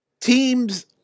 Teams